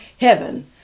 heaven